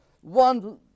One